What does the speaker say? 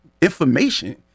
information